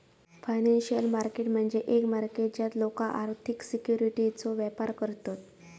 financial market म्हणजे एक market ज्यात लोका आर्थिक सिक्युरिटीजचो व्यापार करतत